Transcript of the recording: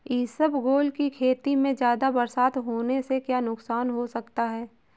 इसबगोल की खेती में ज़्यादा बरसात होने से क्या नुकसान हो सकता है?